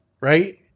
right